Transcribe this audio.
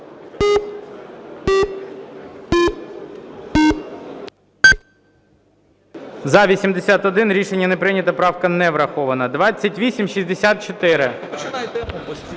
За-81 Рішення не прийнято, правка не врахована. 2864.